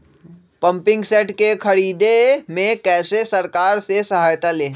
Pumping set के ख़रीदे मे कैसे सरकार से सहायता ले?